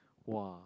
!wah!